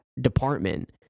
department